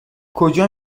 کجا